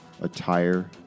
attire